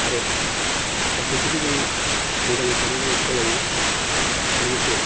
आरो गासिखौबो जों मोजाङै थानो जों खावलायो लोगोसे